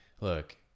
look